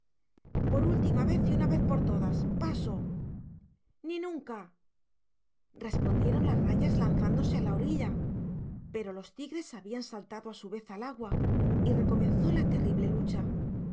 por última vez y de una vez por todas paso ni nunca respondieron las rayas lanzándose a la orilla pero los tigres habían saltado a su vez al agua y recomenzó la terrible lucha